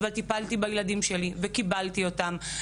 אבל יכולתי לטפל בילדים שלי והכנתי להם